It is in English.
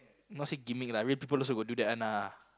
not say gimmick lah real people also got do that one ah